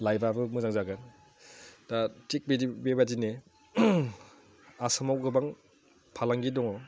लाइफआबो मोजां जागोन दा थिग बेबायदिनो आसामाव गोबां फालांगि दङ